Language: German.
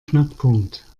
knackpunkt